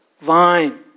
vine